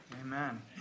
Amen